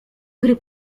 gry